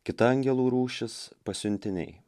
kita angelų rūšis pasiuntiniai